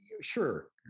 sure